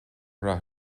rath